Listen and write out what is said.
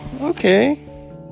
okay